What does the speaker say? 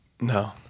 No